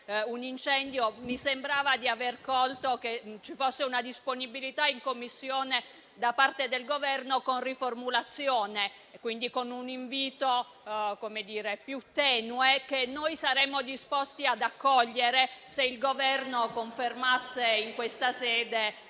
un incendio, mi sembrava di aver colto una disponibilità in Commissione da parte del Governo con una riformulazione, quindi con un invito più tenue, che noi saremmo disposti ad accogliere, se il Governo confermasse in questa sede